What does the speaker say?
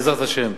בעזרת השם,